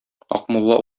акмулла